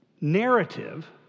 narrative